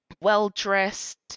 well-dressed